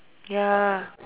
ya